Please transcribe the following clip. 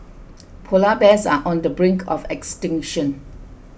Polar Bears are on the brink of extinction